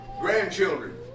grandchildren